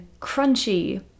crunchy